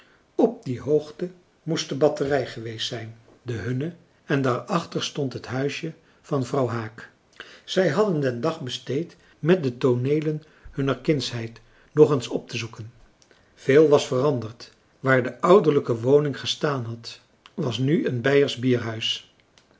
op die hoogte moest de batterij geweest zijn de hunne en daarachter stond het huisje van vrouw haak zij hadden den dag besteed met de tooneelen hunner kindschheid nog eens op te zoeken veel was veranderd waar de ouderlijke woning gestaan had was nu een beiersch bierhuis